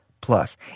Plus